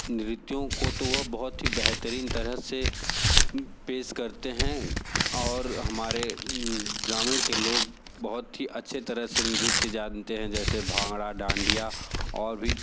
नृत्यों को तो वह बहुत ही बेहतरीन तरह से पेश करते है और हमारे ग्रामीण के लोग बहुत ही अच्छे तरह से नृत्य जानते हैं जैसे भांगरा डांडिया और भी